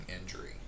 injury